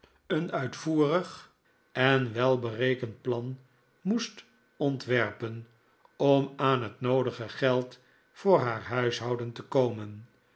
een uitvoerig en welberekend plan moest ontwerpen om aan het noodige geld voor haar huishouden te komen